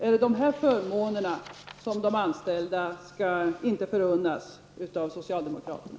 Är det sådana förmåner som de anställda inte skall kunna förunnas av socialdemokraterna?